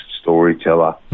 storyteller